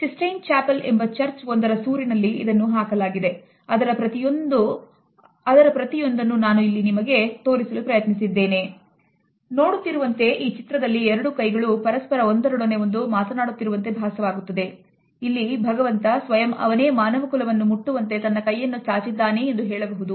Sistine Chapel ಎಂಬ church ಒಂದರ ಸೂರಿನಲ್ಲಿ ಇದನ್ನು ಹಾಕಲಾಗಿದೆ